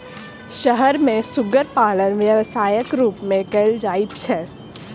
शहर मे सुग्गर पालन व्यवसायक रूप मे कयल जाइत छै